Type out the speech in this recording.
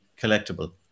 collectible